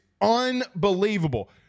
unbelievable